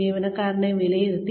ജീവനക്കാരനെ വിലയിരുത്തി